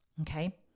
Okay